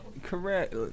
Correct